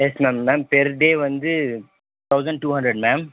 yes ma'am ma'am per day வந்து thousand two hundred ma'am